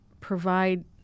provide